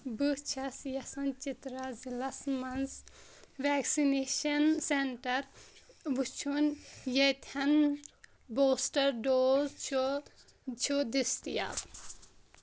بہٕ چھس یژھان چترا ضلعس مَنٛز ویکسِنیشن سینٹر وٕچھُن ییٚتٮ۪ن بوٗسٹر ڈوز چھُ چھُ دٔستِیاب